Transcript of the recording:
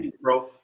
bro